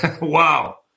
Wow